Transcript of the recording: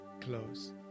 close